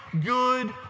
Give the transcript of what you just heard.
good